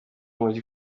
umujyi